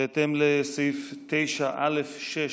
בהתאם לסעיף 9(א)(6)